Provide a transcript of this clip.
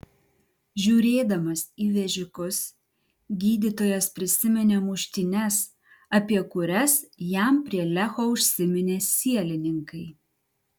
žiūrėdamas į vežikus gydytojas prisiminė muštynes apie kurias jam prie lecho užsiminė sielininkai